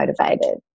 motivated